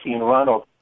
Ronald